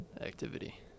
activity